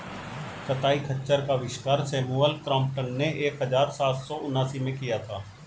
कताई खच्चर का आविष्कार सैमुअल क्रॉम्पटन ने एक हज़ार सात सौ उनासी में किया था